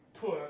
put